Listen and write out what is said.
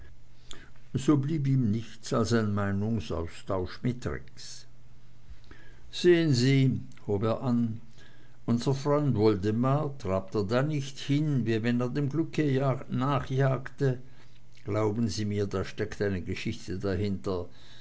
so blieb ihm nichts als ein meinungsaustausch mit rex sehn sie hob er an unser freund woldemar trabt er da nicht hin wie wenn er dem glücke nachjagte glauben sie mir da steckt ne geschichte dahinter